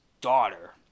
daughter